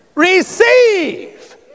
Receive